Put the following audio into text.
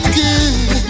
good